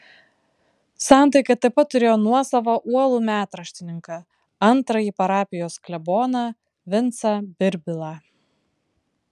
santaika taip pat turėjo nuosavą uolų metraštininką antrąjį parapijos kleboną vincą birbilą